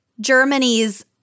Germany's